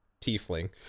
tiefling